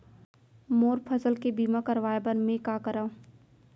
मोर फसल के बीमा करवाये बर में का करंव?